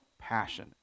passion